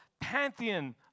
pantheon